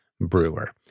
Brewer